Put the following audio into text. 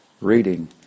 reading